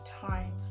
time